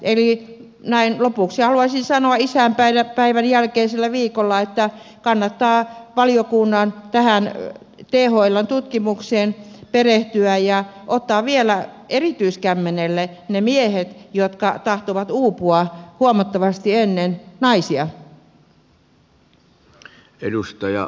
eli näin lopuksi haluaisin sanoa isänpäivän jälkeisellä viikolla että kannattaa valiokunnan tähän thln tutkimukseen perehtyä ja ottaa vielä erityiskämmenelle ne miehet jotka tahtovat uupua huomattavasti ennen naisia